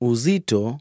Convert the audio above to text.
Uzito